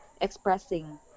expressing